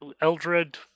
Eldred